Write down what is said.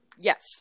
Yes